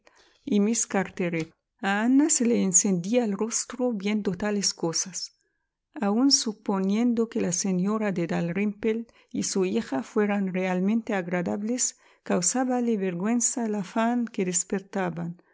y miss carteret a ana se le encendía el rostro viendo tales cosas aun suponiendo que la señora de dalrymple y su hija fueran realmente agradables causábale vergüenza el afán que despertaban